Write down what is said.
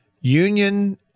Union